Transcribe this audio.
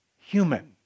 human